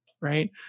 right